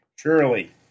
surely